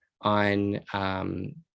on